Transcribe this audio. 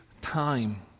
time